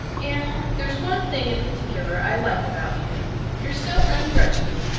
anne, there's one thing in particular i like about you you're so ungrudging.